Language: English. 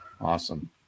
awesome